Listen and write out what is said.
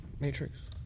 Matrix